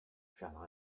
shall